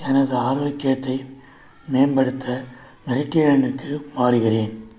எனது ஆரோக்கியத்தை மேம்படுத்த மெடிட்டரேனுக்கு மாறுகிறேன்